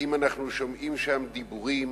האם אנחנו שומעים שם דיבורים